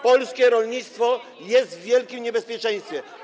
Polskie rolnictwo jest w wielkim niebezpieczeństwie.